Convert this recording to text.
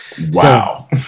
Wow